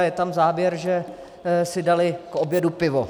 Je tam záběr, že si dali k obědu pivo.